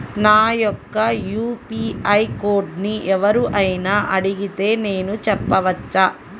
నా యొక్క యూ.పీ.ఐ కోడ్ని ఎవరు అయినా అడిగితే నేను చెప్పవచ్చా?